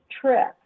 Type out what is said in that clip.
trip